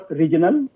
regional